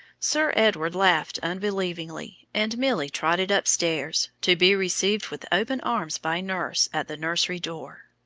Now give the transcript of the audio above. sir edward laughed unbelievingly, and milly trotted upstairs to be received with open arms by nurse at the nursery door.